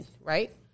right